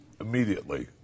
Immediately